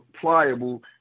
pliable